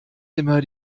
immer